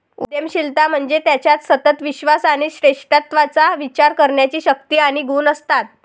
उद्यमशीलता म्हणजे ज्याच्यात सतत विश्वास आणि श्रेष्ठत्वाचा विचार करण्याची शक्ती आणि गुण असतात